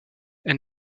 elle